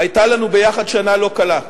היתה לנו ביחד שנה לא קלה.